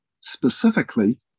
specifically